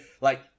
Like-